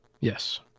Yes